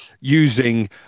using